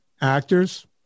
actors